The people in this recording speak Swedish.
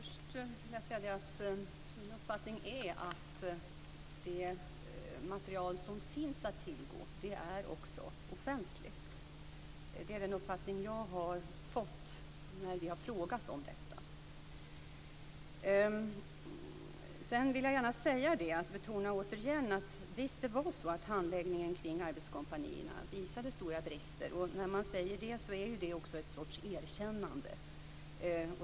Fru talman! Först vill jag säga att min uppfattning är att det material som finns att tillgå också är offentligt. Det är den uppfattning jag har fått när vi har frågat om detta. Sedan vill jag återigen betona att handläggningen kring arbetskompanierna visade stora brister. När man säger det är det också en sorts erkännande.